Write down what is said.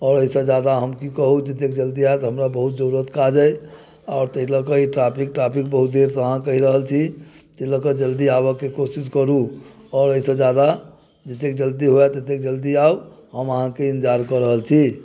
आओर एहिसँ ज्यादा हम की कहू जतेक जल्दी हैत हमरा बहुत जरूरत काज अइ आओर ताहि लऽ कऽ ई ट्रैफिक ट्रैफिक बहुत देरसँ अहाँ कहि रहल छी ताहि लऽ कऽ जल्दी आबयके कोशिश करू आओर एहिसँ ज्यादा जतेक जल्दी हुए ततेक जल्दी आउ हम अहाँके इन्तजार कऽ रहल छी